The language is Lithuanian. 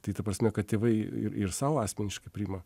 tai ta prasme kad tėvai ir sau asmeniškai priima